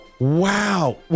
Wow